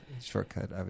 shortcut